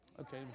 Okay